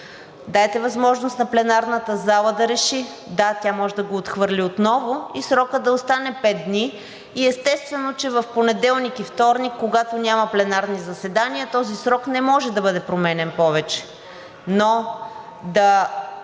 Дайте възможност на пленарната зала да реши – да, тя може да го отхвърли отново и срокът да остане пет дни. Естествено, че в понеделник и вторник, когато няма пленарни заседания, този срок не може да бъде променян повече.